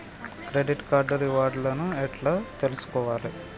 Credit card reward లను ఎట్ల తెలుసుకోవాలే?